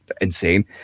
insane